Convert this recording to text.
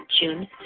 June